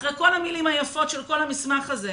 אחרי כל המילים היפות של כל המסמך הזה,